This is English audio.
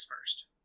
first